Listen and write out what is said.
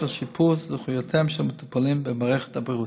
של שיפור זכויותיהם של מטופלים במערכת הבריאות.